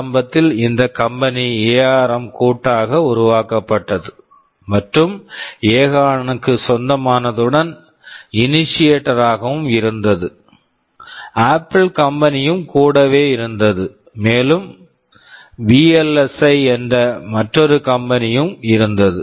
ஆரம்பத்தில் இந்த company company ARM ARM கூட்டாக உருவாக்கப்பட்டது மற்றும் ஏகார்ன் Acron க்கு சொந்தமானதுடன் இனிஷியேட்டர் initiator ஆகவும் இருந்தது ஆப்பிள் Apple கம்பெனி company யும் கூடவே இருந்தது மேலும் விஎல்எஸ்ஐ VLSIஎன்ற மற்றொரு கம்பெனி company யும் இருந்தது